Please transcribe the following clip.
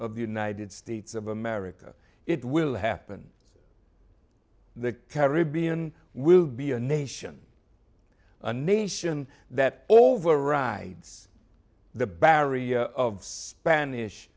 the united states of america it will happen the caribbean will be a nation a nation that overrides the barrier of spanish